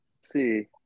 see